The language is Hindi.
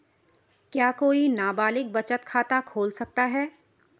क्या कोई नाबालिग बचत खाता खोल सकता है?